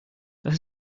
das